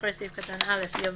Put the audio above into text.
(א)אחרי סעיף קטן (א) יבוא: